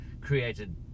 created